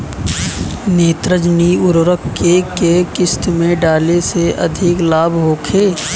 नेत्रजनीय उर्वरक के केय किस्त में डाले से अधिक लाभ होखे?